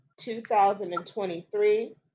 2023